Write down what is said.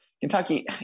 Kentucky